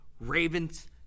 Ravens